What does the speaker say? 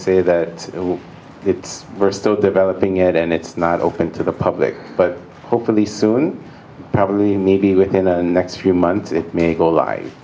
says that it's still developing it and it's not open to the public but hopefully soon probably maybe within the next few months it may go li